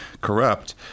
corrupt